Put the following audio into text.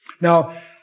Now